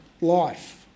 life